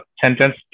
sentence